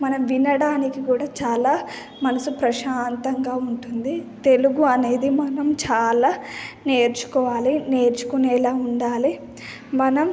మనం వినడానికి కూడా చాలా మనస్సు ప్రశాంతంగా ఉంటుంది తెలుగు అనేది మనం చాలా నేర్చుకోవాలి నేర్చుకునేలా ఉండాలి మనం